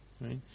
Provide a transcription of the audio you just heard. right